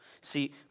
See